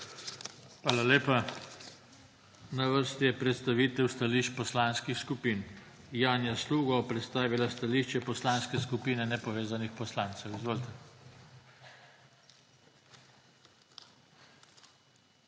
Hvala lepa. Na vrsti je predstavitev stališč poslanskih skupin. Janja Sluga bo predstavila stališče Poslanske skupine nepovezanih poslancev. Izvolite.